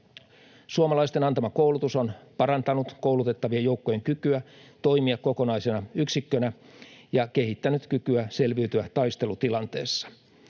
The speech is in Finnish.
Suomalaisten antama koulutus on parantanut koulutettavien joukkojen kykyä toimia kokonaisena yksikkönä ja kehittänyt kykyä selviytyä taistelutilanteessa.